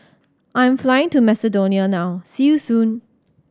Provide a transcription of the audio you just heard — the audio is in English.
I'm flying to Macedonia now see you soon